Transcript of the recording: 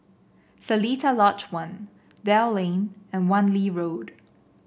Seletar Lodge One Dell Lane and Wan Lee Road